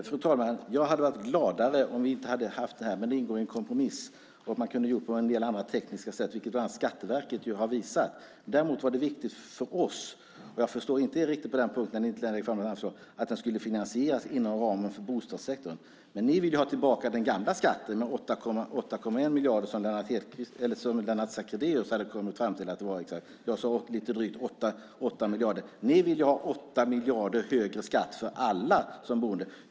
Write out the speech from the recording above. Fru talman! Jag hade varit gladare om vi inte hade haft detta, men det ingår i en kompromiss. Det är klart att man kunde ha gjort det på en del andra sätt rent tekniskt, vilket bland annat Skatteverket har visat. Däremot var det viktigt för oss, och jag förstår inte er riktigt på den punkten, att den skulle finansieras inom ramen för bostadssektorn. Men ni vill ju ha tillbaka den gamla skatten med 8,1 miljarder, som Lennart Sacrédeus hade kommit fram till att det var exakt. Jag sade lite drygt 8 miljarder. Ni vill ju ha 8 miljarder högre skatt för alla som bor.